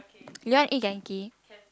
you want to eat Genki